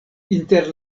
inter